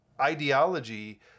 ideology